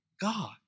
God